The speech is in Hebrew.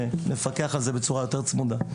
ונפקח על זה בצורה צמודה יותר.